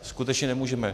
Skutečně nemůžeme.